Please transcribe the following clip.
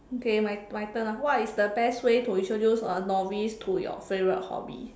okay my my turn lah what is the best way to introduce a novice to your favorite hobby